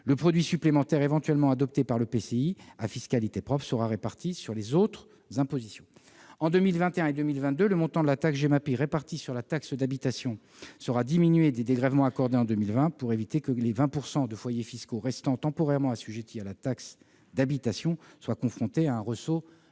Le produit supplémentaire éventuellement adopté par l'EPCI à fiscalité propre sera réparti sur les autres impositions. En 2021 et 2022, le montant de la taxe Gemapi réparti sur la taxe d'habitation sera diminué des dégrèvements accordés en 2020, pour éviter que les 20 % de foyers fiscaux restant temporairement assujettis à la taxe d'habitation ne soient confrontés à un ressaut de